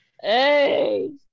Hey